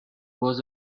was